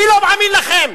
אני לא מאמין לכם.